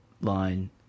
line